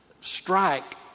strike